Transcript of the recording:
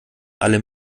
alle